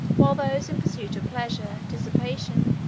while those in pursuit of pleasure, dissipation,